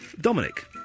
Dominic